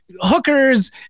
hookers